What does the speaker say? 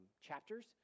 chapters